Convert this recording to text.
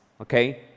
okay